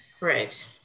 Right